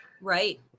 Right